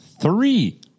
Three